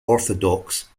orthodox